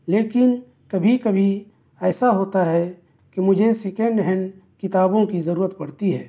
لیکن کبھی کبھی ایسا ہوتا ہے کہ مجھے سیکنڈ ہینڈ کتابوں کی ضرورت پڑتی ہے